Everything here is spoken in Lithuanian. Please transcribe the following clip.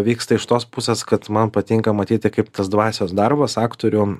vyksta iš tos pusės kad man patinka matyti kaip tas dvasios darbas aktorių